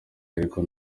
ariko